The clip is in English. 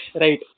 right